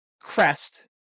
crest